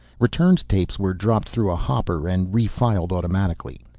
returned tapes were dropped through a hopper and refiled automatically.